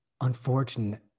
unfortunate